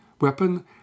weapon